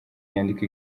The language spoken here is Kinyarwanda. inyandiko